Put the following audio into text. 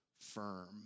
firm